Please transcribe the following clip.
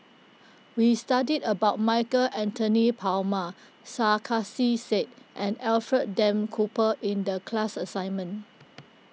we studied about Michael Anthony Palmer Sarkasi Said and Alfred Duff Cooper in the class assignment